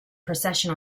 procession